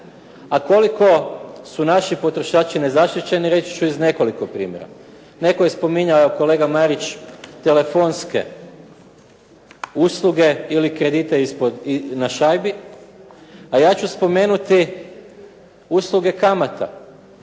A koliko su naši potrošači nezaštićeni reći ću iz nekoliko primjera. Netko je spominjao, kolega Marić, telefonske usluge ili kredite na šajbi, a ja ću spomenuti usluge kamata.